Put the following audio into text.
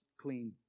clean